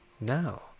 now